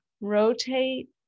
rotate